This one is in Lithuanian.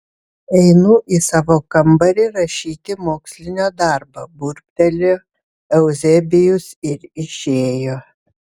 einu į savo kambarį rašyti mokslinio darbo burbtelėjo euzebijus ir išėjo